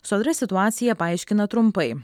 sodra situaciją paaiškino trumpai